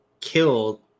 killed